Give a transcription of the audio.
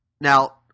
Now